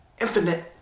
infinite